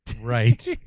right